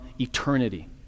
eternity